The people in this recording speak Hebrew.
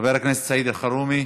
חבר הכנסת סעיד אלחרומי,